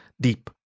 deep